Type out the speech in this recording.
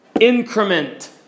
increment